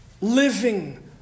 living